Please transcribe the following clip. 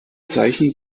zeichen